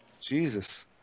Jesus